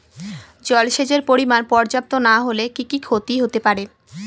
জলসেচের পরিমাণ পর্যাপ্ত না হলে কি কি ক্ষতি হতে পারে?